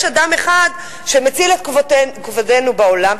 יש אדם אחד שמציל את כבודנו בעולם,